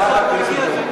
זו הצעה דחופה לסדר-היום,